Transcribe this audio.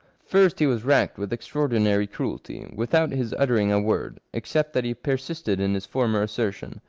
first he was racked with extraordinary cruelty, without his uttering a word, except that he persisted in his former assertion.